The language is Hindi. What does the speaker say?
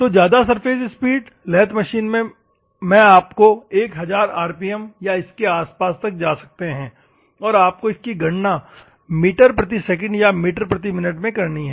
तो ज्यादा सरफेस स्पीड लेथ मशीन मैं आप 1000 आरपीएम या उसके आसपास तक जा सकते हैं और आपको इसकी गणना मीटर प्रति सेकंड या मीटर प्रति मिनट में करनी है